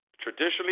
traditionally